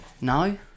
no